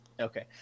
Okay